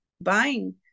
buying